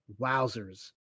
Wowzers